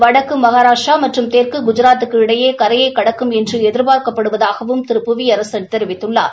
வடக்கு மகாராஷ்டிரா மற்றும் தெற்கு குஜராத்துக்கு இடையே கரையைக் கடக்கும் இது என்று எதிர்பார்க்கப்படுவதாகவும் திரு புவியரசன் தெரிவித்துள்ளார்